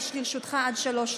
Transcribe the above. יש לרשותך עד שלוש דקות.